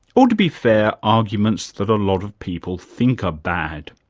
or to be fair, arguments that a lot of people think are bad,